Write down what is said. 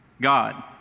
God